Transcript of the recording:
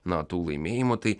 na tų laimėjimų tai